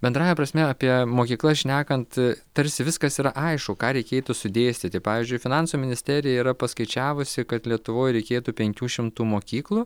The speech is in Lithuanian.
bendrąja prasme apie mokyklas šnekant tarsi viskas yra aišku ką reikėtų sudėstyti pavyzdžiui finansų ministerija yra paskaičiavusi kad lietuvoj reikėtų penkių šimtų mokyklų